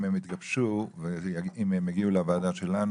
אם הם יתגבשו ואם הם יגיעו לוועדה שלנו